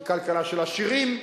היא כלכלה של עשירים,